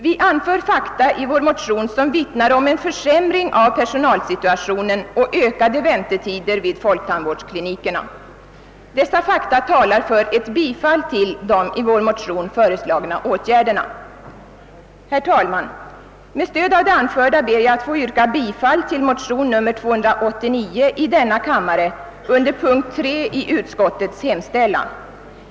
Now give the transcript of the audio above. Vi anför fakta i vår motion som vittnar om en försämring av personalsituationen och ökade väntetider vid folktandvårdsklinikerna. Dessa fakta talar för ett bifall till de i vår motion föreslagna åtgärderna. Herr talman! Med stöd av det anförda ber jag att under moment 3 i utskottets hemställan få yrka bifall till motionen II: 289.